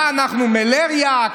מה אנחנו, מלריה?